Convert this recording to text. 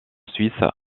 suisse